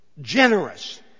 generous